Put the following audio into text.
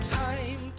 time